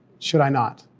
should i not?